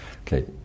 Okay